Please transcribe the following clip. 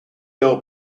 girl